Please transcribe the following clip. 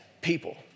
people